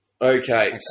Okay